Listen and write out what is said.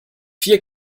vier